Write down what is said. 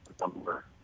number